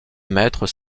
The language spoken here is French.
mètres